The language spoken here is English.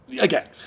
Again